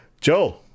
Joel